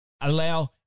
Allow